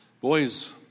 boy's